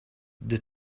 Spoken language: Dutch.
die